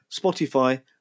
Spotify